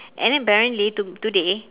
and then apparently to~ today